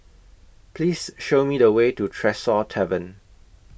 Please Show Me The Way to Tresor Tavern